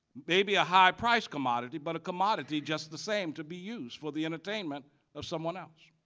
maybe a high priced commodity but a commodity just the same to be used for the entertainment of someone else.